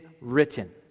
written